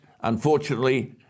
unfortunately